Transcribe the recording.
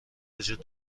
وجود